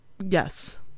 Yes